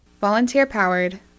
Volunteer-powered